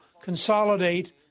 consolidate